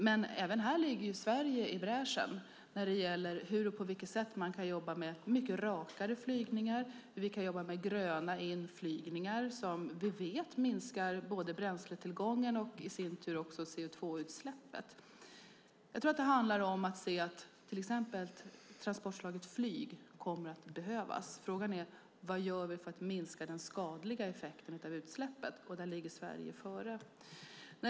Men även här går Sverige i bräschen när det gäller hur man kan jobba med mycket rakare flygningar och hur man kan jobba med gröna inflygningar, som vi vet minskar både bränsleförbrukningen och i sin tur också CO2-utsläppet. Jag tror att det handlar om att se att till exempel transportslaget flyg kommer att behövas. Frågan är: Vad gör vi för att minska den skadliga effekten av utsläppet? Där ligger Sverige före.